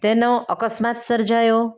તેનો અકસ્માત સર્જાયો